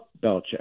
Belichick